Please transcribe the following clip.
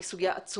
היא סוגיה עצומה,